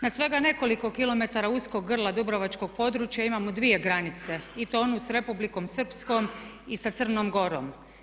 Na svega nekoliko kilometra uskog grla dubrovačkog područja imamo dvije granice i to onu s Republikom Srpskom i sa Crnom Gorom.